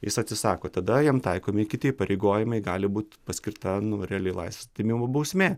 jis atsisako tada jam taikomi kiti įpareigojimai gali būt paskirta reali laisvės atėmimo bausmė